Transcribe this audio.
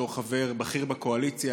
בתור חבר בכיר בקואליציה,